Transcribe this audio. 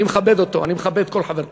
אני מכבד אותו, אני מכבד כל חבר כנסת.